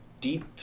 deep